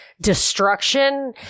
destruction